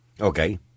Okay